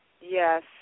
Yes